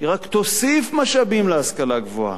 רק תוסיף משאבים להשכלה הגבוהה,